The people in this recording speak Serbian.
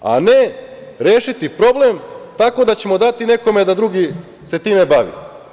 A ne - rešiti problem tako da ćemo dati nekome da drugi se time bavi.